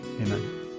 Amen